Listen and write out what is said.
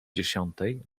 dziesiątej